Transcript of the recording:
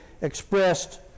expressed